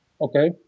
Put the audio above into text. Okay